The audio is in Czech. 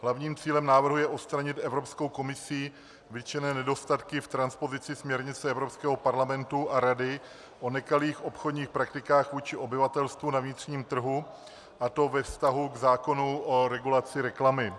Hlavním cílem návrhu je odstranit Evropskou komisí vytčené nedostatky v transpozici směrnice Evropského parlamentu a Rady o nekalých obchodních praktikách vůči obyvatelstvu na vnitřním trhu, a to ve vztahu k zákonu o regulaci reklamy.